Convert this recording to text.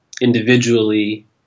individually